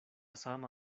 sama